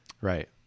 right